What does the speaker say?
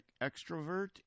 Extrovert